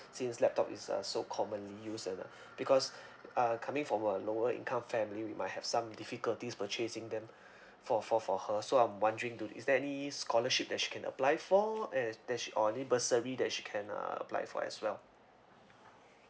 since laptop is uh so commonly used and I because uh coming from a lower income family we might have some difficulties purchasing them for for for her so I'm wondering too is there any scholarship that she can apply for and there's or any bursary that she can uh apply for as well